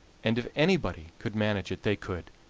and if anybody could manage it they could,